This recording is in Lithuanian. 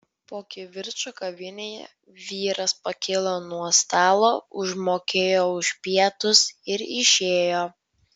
po kivirčo kavinėje vyras pakilo nuo stalo užmokėjo už pietus ir išėjo